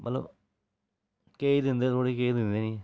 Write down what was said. मतलब केईं दिंदे लोह्ड़ी केईं दिंदे नी